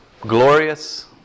Glorious